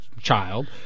child